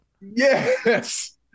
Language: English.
Yes